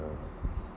uh